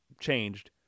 changed